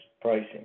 pricing